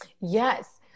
yes